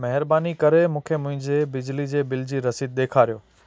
महिरबानी करे मूंखे मुंहिंजे बिजली जे बिल जी रसीद ॾेखारियो